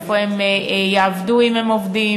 איפה הם יעבדו אם הם עובדים,